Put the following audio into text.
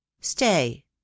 stay